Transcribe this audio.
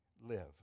live